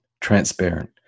transparent